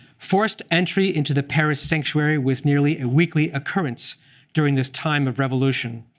forced entry into the paris sanctuary was nearly a weekly occurrence during this time of revolution.